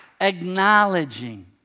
Acknowledging